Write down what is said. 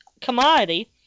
commodity